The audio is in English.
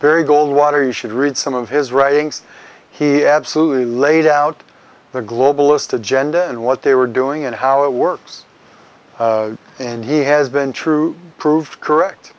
barry goldwater you should read some of his writings he absolutely laid out the globalist agenda and what they were doing and how it works and he has been true proved correct